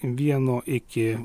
vieno iki